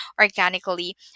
organically